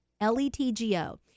L-E-T-G-O